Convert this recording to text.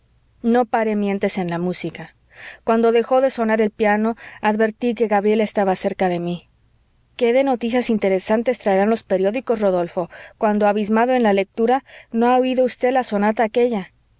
no paré mientes en la música cuando dejó de sonar el piano advertí que gabriela estaba cerca de mí qué de noticias interesantes traerán los periódicos rodolfo cuando abismado en la lectura no ha oído usted la sonata aquella